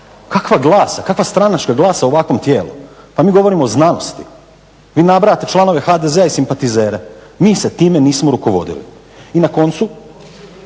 Kakva glasa, kakva stranačka glasa u ovakvom tijelu. Pa mi govorimo o znanosti. Vi nabrajate članove HDZ-a i simpatizere. Mi se time nismo rukovodili. I na koncu,